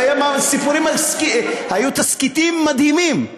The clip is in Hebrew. היו תסכיתים מדהימים.